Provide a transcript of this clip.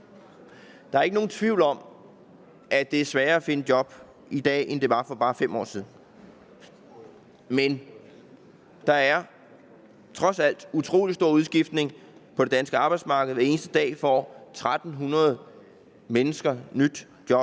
Der er ikke nogen tvivl om, at det er sværere at finde job i dag, end det var for bare 5 år siden, men der er trods alt utrolig stor udskiftning på det danske arbejdsmarked; hver eneste dag får 1.300 mennesker et nyt job